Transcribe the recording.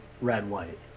red-white